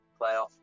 playoff